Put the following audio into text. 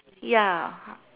ya